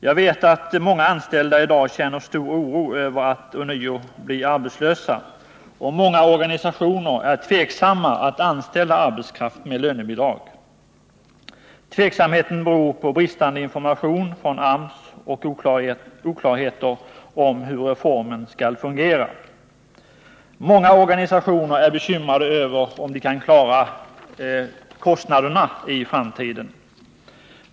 Jag vet att många anställda i dag känner stor oro över att ånyo bli arbetslösa, och många organisationer är tveksamma när det gäller att anställa arbetskraft med lönebidrag. Tveksamheten beror på bristande information från AMS och oklarhet om hur reformen skall fungera. Många organisationer är bekymrade över om de kan klara kostnaderna i framtiden.